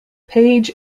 page